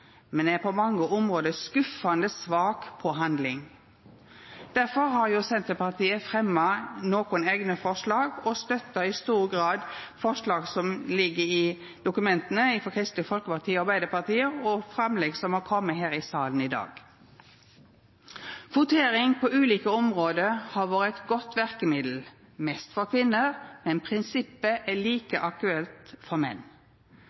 men er på mange område skuffande svak når det gjeld handling. Difor har Senterpartiet fremja nokre eigne forslag, og støttar i stor grad forslaga som ligg i innstillinga frå Kristeleg Folkeparti og Arbeidarpartiet, og lause forslag som har blitt fremja i salen i dag. Kvotering på ulike område har vore eit godt verkemiddel, mest for kvinner, men prinsippet er like aktuelt for menn.